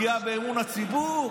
פגיעה באמון הציבור.